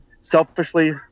selfishly